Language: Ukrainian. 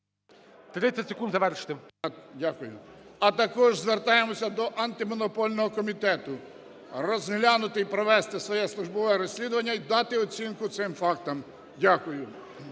ЗАБОЛОТНИЙ Г.М. Дякую. А також звертаємося до Антимонопольного комітету, розглянути і провести своє службове розслідування і дати оцінку цим фактам. Дякую.